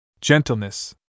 Gentleness